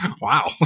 Wow